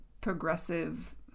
progressive